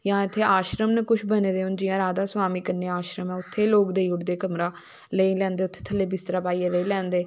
जां इत्थे आशर्म न कुश हने दे हुन जियां राधास्वीमी कन्य आशर्म ऐ उत्ते लोक दोई उड़दे कमरा लोई लैंदें उत्तें थल्ले बिस्तरा पाइयै रेही लैंदे